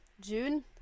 June